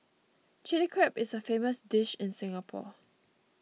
Chilli Crab is a famous dish in Singapore